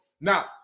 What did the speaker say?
Now